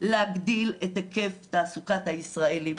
להגדיל את היקף תעסוקת הישראלים.